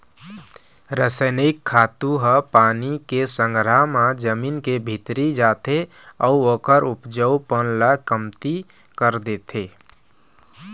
रसइनिक खातू ह पानी के संघरा म जमीन के भीतरी जाथे अउ ओखर उपजऊपन ल कमती कर देथे